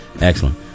Excellent